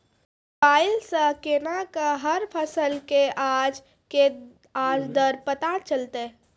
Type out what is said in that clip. Mobile सऽ केना कऽ हर फसल कऽ आज के आज दर पता चलतै?